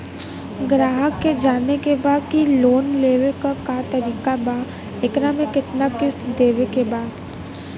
ग्राहक के जाने के बा की की लोन लेवे क का तरीका बा एकरा में कितना किस्त देवे के बा?